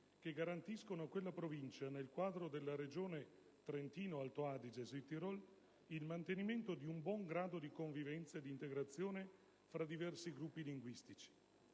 che garantiscono a quella Provincia, nel quadro della regione Trentino-Alto Adige/Südtirol, il mantenimento di un buon grado di convivenza ed integrazione fra i diversi gruppi linguistici.